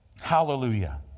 Hallelujah